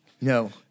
no